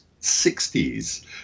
60s